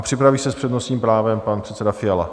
Připraví se s přednostním právem pan předseda Fiala.